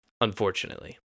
unfortunately